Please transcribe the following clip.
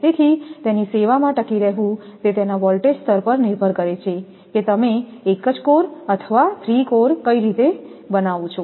તેથી તેની સેવામાં ટકી રહેવું તે તેના વોલ્ટેજ સ્તર પર નિર્ભર કરે છે કે તમે એક જ કોર અથવા થ્રી કોર કેવી રીતે કરો છો